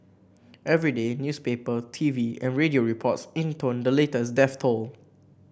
every day newspaper T V and radio reports intoned the latest death toll